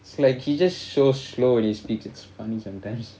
it's like he just so slow when he speaks it's funny sometimes